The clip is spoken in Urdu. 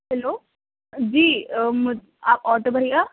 ہلو جی آپ آٹو بھیا